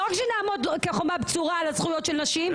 לא רק שנעמוד כחומה בצורה על הזכויות של נשים,